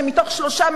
שמתוך שמונה,